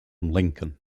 lincoln